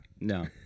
No